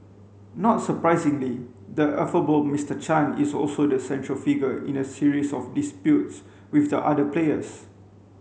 not surprisingly the affable Mister Chan is also the central figure in a series of disputes with the other players